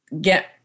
get